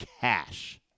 cash